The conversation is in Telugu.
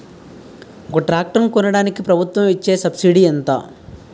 ఒక ట్రాక్టర్ కొనడానికి ప్రభుత్వం ఇచే సబ్సిడీ ఎంత?